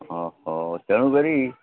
ଓ ହୋ ତେଣୁ କରି